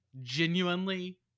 genuinely